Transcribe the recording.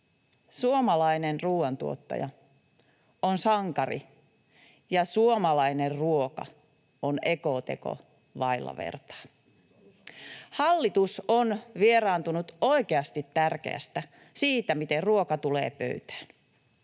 Suomalainen ruuantuottaja on sankari, ja suomalainen ruoka on ekoteko vailla vertaa. Hallitus on vieraantunut oikeasti tärkeästä, siitä, miten ruoka tulee pöytään.